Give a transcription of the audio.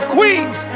Queens